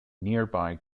nearby